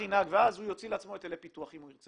ואז הוא יוציא לעצמו היטלי פיתוח אם הוא רוצה.